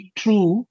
true